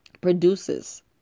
Produces